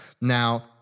Now